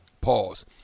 Pause